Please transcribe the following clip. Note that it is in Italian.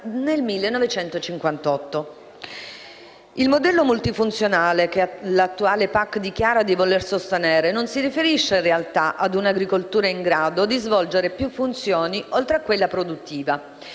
Il modello multifunzionale che l'attuale PAC dichiara di voler sostenere non si riferisce, in realtà, ad una agricoltura in grado di svolgere più funzioni oltre a quella produttiva.